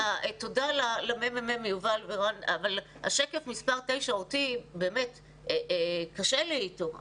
תודה לממ"מ, אבל שקף מספר 9, קשה לי איתו.